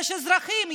יש אזרחים,